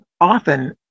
often